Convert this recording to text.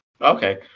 Okay